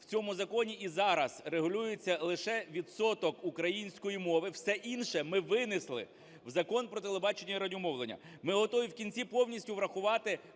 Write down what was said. в цьому законі і зараз регулюється лише відсоток української мови, все інше ми винесли в Закон "Про телебачення і радіомовлення". Ми готові в кінці повністю врахувати